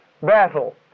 battle